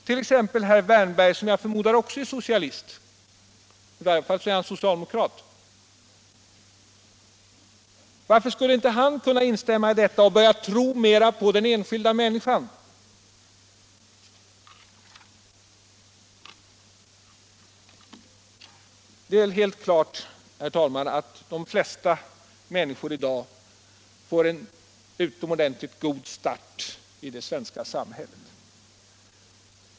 Herr Wärnberg t.ex. — som jag förmodar också är socialist, i varje fall är han socialdemokrat — varför skulle inte han kunna instämma i detta och börja tro mera på den enskilda människan? Det är helt klart, herr talman, att de flesta människor i dag får en utomordentligt god start i det svenska samhället.